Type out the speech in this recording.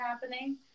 happening